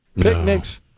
Picnics